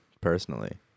Personally